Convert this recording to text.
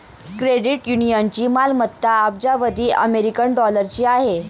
credit युनियनची मालमत्ता अब्जावधी अमेरिकन डॉलरची आहे